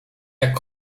jak